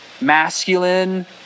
masculine